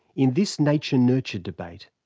in this nature-nurture debate,